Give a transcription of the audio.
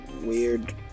...weird